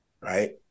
right